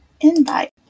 invite